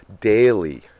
daily